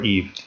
Eve